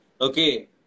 Okay